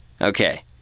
Okay